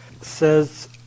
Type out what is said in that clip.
says